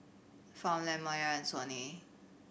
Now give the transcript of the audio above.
Farmland Mayer and Sony